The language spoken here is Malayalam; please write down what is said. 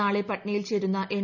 നാളെ പറ്റ്നയിൽ ചേരുന്ന എൻ